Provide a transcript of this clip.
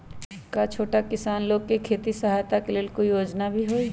का छोटा किसान लोग के खेती सहायता के लेंल कोई योजना भी हई?